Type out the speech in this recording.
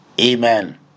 Amen